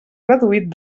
reduït